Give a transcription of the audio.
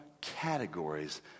categories